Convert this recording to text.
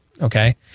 Okay